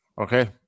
okay